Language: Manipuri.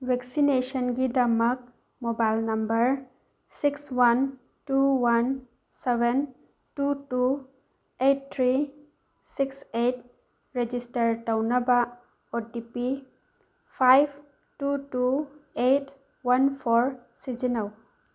ꯕꯦꯛꯁꯤꯅꯦꯁꯟꯒꯤꯗꯃꯛ mobile number six one two one seven two two eight three six eight register ꯇꯧꯅꯕ ꯑꯣ ꯇꯤ ꯄꯤ ꯐꯥꯏꯕ two two eight one four ꯁꯤꯖꯤꯟꯅꯧ